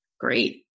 great